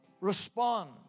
respond